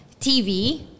tv